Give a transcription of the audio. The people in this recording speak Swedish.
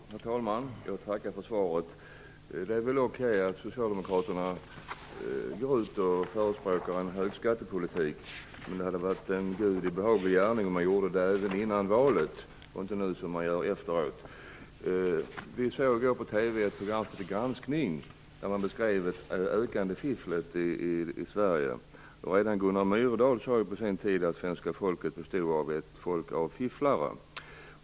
Herr talman! Jag tackar för svaret. Det är väl okej att Socialdemokraterna går ut och förespråkar en högskattepolitik. Men det skulle ha varit en Gudi behaglig gärning om man hade gjort det även före valet i stället för, som man nu gör, efteråt. I TV-programmet Granskning har det ökande fifflet i Sverige beskrivits. Även Gunnar Myrdal sade på sin tid att svenska folket var ett folk av fifflare.